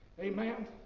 Amen